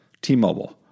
T-Mobile